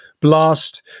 blast